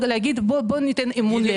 להגיד בוא ניתן אמון.